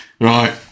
Right